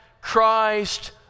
Christ